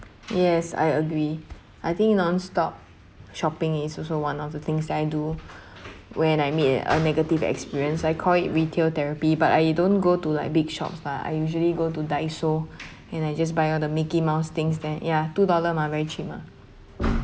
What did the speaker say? yes I agree I think non-stop shopping is also one of the things that I do when I meet a a negative experience I call it retail therapy but I don't go to like big shops lah I usually go to Daiso and I just buy all the mickey mouse things there ya two dollar mah very cheap mah